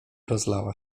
rozlała